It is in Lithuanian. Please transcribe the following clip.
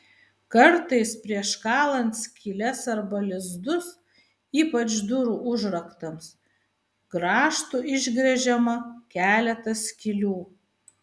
kartais prieš kalant skyles arba lizdus ypač durų užraktams grąžtu išgręžiama keletas skylių